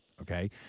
okay